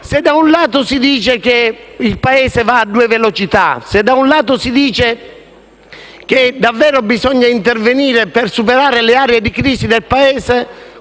Se da un lato si dice che il Paese va a due velocità, se da un lato si dice che davvero bisogna intervenire per superare le aree di crisi del Paese,